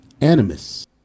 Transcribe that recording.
Animus